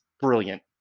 brilliant